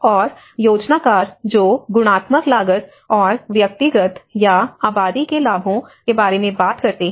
और योजनाकार जो गुणात्मक लागत और व्यक्तिगत या आबादी के लाभों के बारे में बात करते हैं